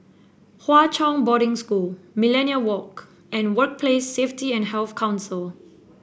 Hwa Chong Boarding School Millenia Walk and Workplace Safety and Health Council